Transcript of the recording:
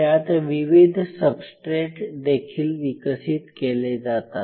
त्यात विविध सबस्ट्रेट देखील विकसित केले जातात